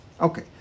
Okay